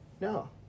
No